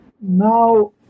now